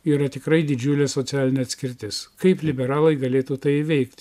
yra tikrai didžiulė socialinė atskirtis kaip liberalai galėtų tai įveikt